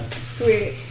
Sweet